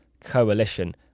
coalition